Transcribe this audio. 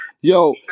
Yo